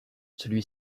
celui